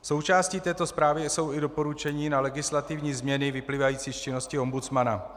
Součástí této zprávy jsou i doporučení na legislativní změny vyplývající z činnosti ombudsmana.